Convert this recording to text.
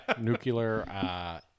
nuclear